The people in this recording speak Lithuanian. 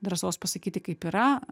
drąsos pasakyti kaip yra